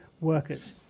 workers